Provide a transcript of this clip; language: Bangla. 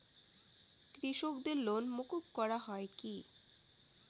কৃষকদের লোন মুকুব করা হয় কি?